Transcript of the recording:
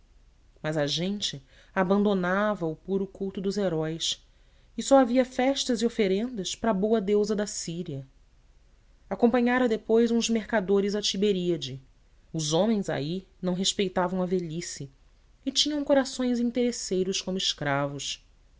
mas a gente abandonava o puro culto dos heróis e só havia festas e oferendas para a boa deusa da síria acompanhara depois uns mercadores a tiberíade os homens aí não respeitavam a velhice e tinham corações interesseiros como escravos